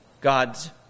God's